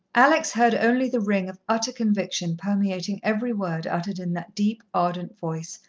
alex heard only the ring of utter conviction permeating every word uttered in that deep, ardent voice,